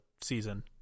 season